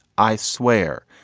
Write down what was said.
i swear,